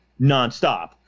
nonstop